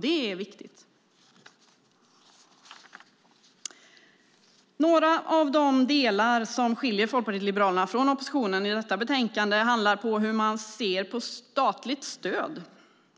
Det är viktigt. Några av de delar som skiljer Folkpartiet liberalerna från oppositionen i detta betänkande handlar om hur man ser på statligt stöd.